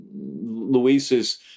Luis's